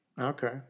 Okay